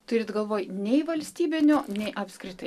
turit galvoj nei valstybinio nei apskritai